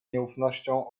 nieufnością